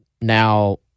now